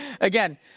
again